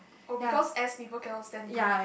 oh because S people cannot stand D